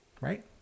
right